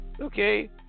Okay